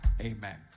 Amen